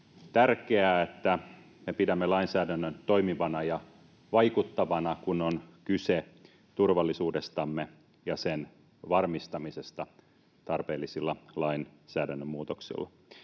tärkeää, että me pidämme lainsäädännön toimivana ja vaikuttavana, kun on kyse turvallisuudestamme ja sen varmistamisesta tarpeellisilla lainsäädännön muutoksilla.